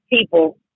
people